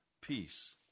peace